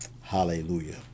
hallelujah